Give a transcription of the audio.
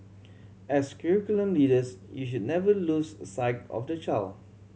as curriculum leaders you should never lose sight of the child